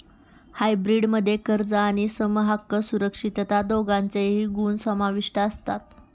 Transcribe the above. hybrid मध्ये कर्ज आणि समहक्क सुरक्षितता दोघांचेही गुण समाविष्ट असतात